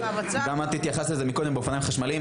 וגם את התייחסת לזה מקודם באופניים חשמליים,